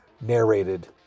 narrated